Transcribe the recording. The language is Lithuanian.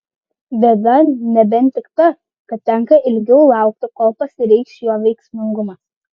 bėda nebent tik ta kad tenka ilgiau laukti kol pasireikš jo veiksmingumas